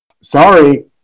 sorry